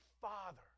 father